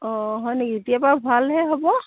অঁ হয় নেকি এতিয়াৰপৰা ভৰালেহে হ'ব